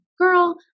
girl